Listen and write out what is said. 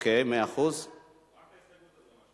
היא תמשוך את ההסתייגות שלה,